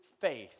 faith